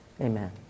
amen